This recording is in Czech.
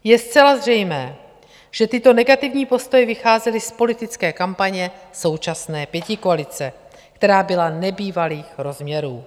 Je zcela zřejmé, že tyto negativní postoje vycházely z politické kampaně současné pětikoalice, která byla nebývalých rozměrů.